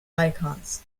icons